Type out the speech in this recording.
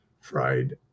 fried